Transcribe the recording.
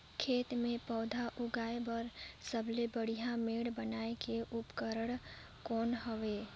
खेत मे पौधा उगाया बर सबले बढ़िया मेड़ बनाय के उपकरण कौन हवे?